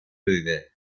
löwe